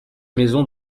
maisons